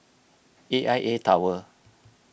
A I A Tower